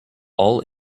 all